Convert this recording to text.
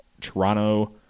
Toronto